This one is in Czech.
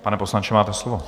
Pane poslanče, máte slovo.